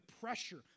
pressure